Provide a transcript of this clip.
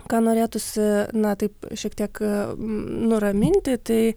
ką norėtųsi na taip šiek tiek nuraminti tai